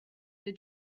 the